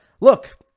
look